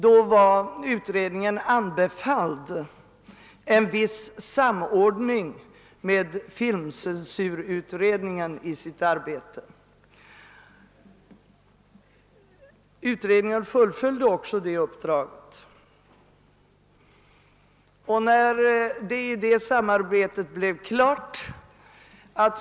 Denna utredning var anbefalld en viss samordning av sitt arbete med filmcensurutredningens verksamhet. Utredningen fullföljde också detta uppdrag.